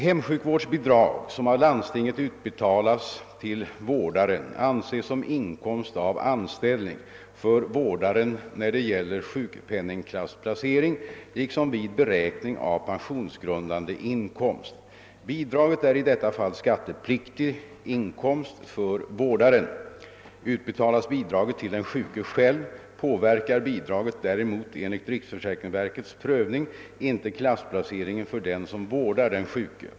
Hemsjukvårdsbidrag som av landstinget utbetalas till vårdaren anses som inkomst av anställning för vårdaren när det gäller sjukpenningklassplacering liksom vid beräkning av pensionsgrundande inkomst. Bidraget är i detta fall skattepliktig inkomst för vårdaren. Utbetalas bidraget till den sjuke själv påverkar bidraget däremot enligt riksförsäkringsverkets prövning inte klassplaceringen för den som vårdar den sjuke.